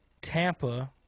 Tampa